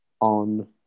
on